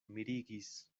mirigis